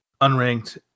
unranked